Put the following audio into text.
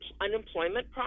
unemployment